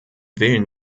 willen